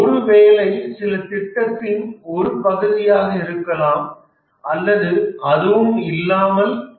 ஒரு வேலை சில திட்டத்தின் ஒரு பகுதியாக இருக்கலாம் அல்லது அதுவும் இல்லாமல் இருக்கலாம்